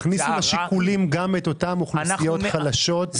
תכניסו בשיקולים גם את אותן אוכלוסיות חלשות,